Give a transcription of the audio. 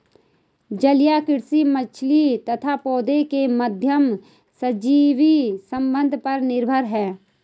जलीय कृषि मछली तथा पौधों के माध्यम सहजीवी संबंध पर निर्भर है